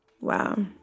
Wow